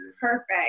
perfect